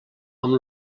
amb